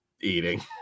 eating